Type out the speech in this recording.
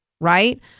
right